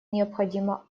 необходима